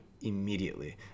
immediately